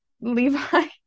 levi